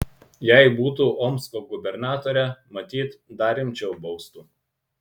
jei būtų omsko gubernatore matyt dar rimčiau baustų